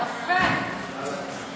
ב-2017, אפס אנשים.